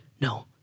No